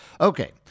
Okay